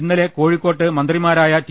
ഇന്നലെ കോഴിക്കോട്ട് മന്ത്രിമാരായ ടി